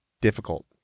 difficult